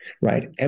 right